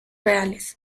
reales